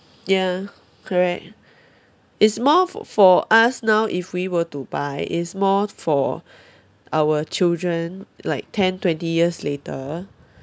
ya correct it's more f~ for us now if we were to buy it's more for our children like ten twenty years later